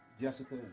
Jessica